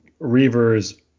Reavers